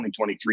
2023